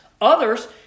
Others